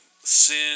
sin